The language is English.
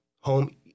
home